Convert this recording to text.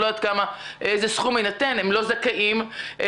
אני לא יודעת איזה סכום יינתן הם לא זכאים לזה,